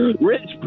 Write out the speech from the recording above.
Rich